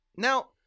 Now